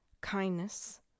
kindness